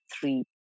three